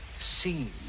seen